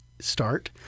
start